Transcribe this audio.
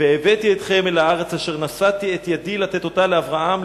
"והבאתי אתכם אל הארץ אשר נשאתי את ידי לתת אתה לאברהם,